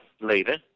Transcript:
later